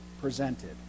presented